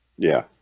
yeah,